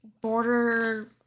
border